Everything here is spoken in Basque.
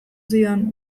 zidan